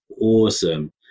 awesome